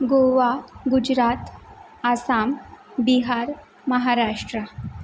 Goa Gujarat Assam Bihar Maharashtra